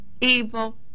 evil